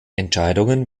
entscheidungen